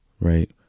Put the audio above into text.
Right